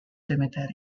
cemetery